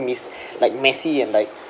miss like messy and like